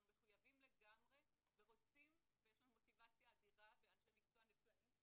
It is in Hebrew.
אנחנו מחויבים לגמרי ורוצים ויש לנו מוטיבציה אדירה ואנשי מקצוע נפלאים,